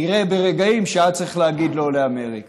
כנראה ברגעים שהיה צריך להגיד לא לאמריקה.